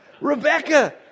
rebecca